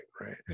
right